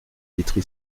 vitry